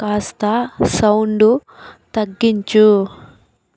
కాస్త సౌండు తగ్గించు